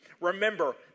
Remember